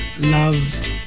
Love